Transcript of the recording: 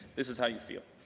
this is how you feel,